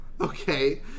Okay